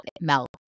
Milk